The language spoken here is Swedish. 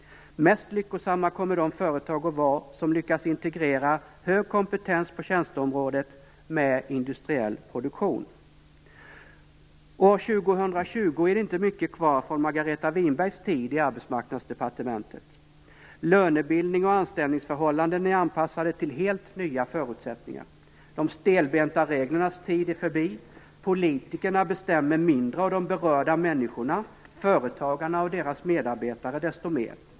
Mest lyckosamma kommer de företag att vara som lyckats integrera hög kompetens på tjänsteområdet med industriell produktion. År 2020 är det inte mycket kvar från Margareta Winbergs tid i Arbetsmarknadsdepartementet. Lönebildning och anställningsförhållanden är anpassade till helt nya förutsättningar. De stelbenta reglernas tid är förbi. Politikerna bestämmer mindre och de berörda människorna - företagarna och deras medarbetare - desto mer.